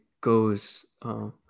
goes –